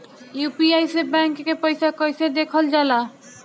UPI से bank के पैसा कैसे देखल जाला?